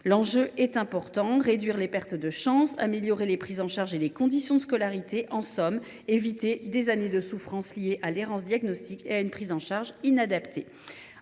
L’enjeu est important : il s’agit de réduire les pertes de chance, d’améliorer les prises en charge et les conditions de scolarité, d’éviter, en somme, des années de souffrance liées à l’errance diagnostique et à une prise en charge inadaptée.